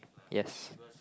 yes